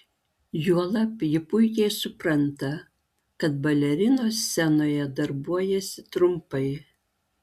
juolab ji puikiai supranta kad balerinos scenoje darbuojasi trumpai